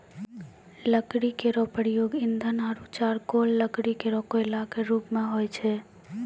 लकड़ी केरो प्रयोग ईंधन आरु चारकोल लकड़ी केरो कोयला क रुप मे होय छै